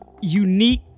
unique